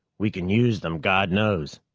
we can use them, god knows.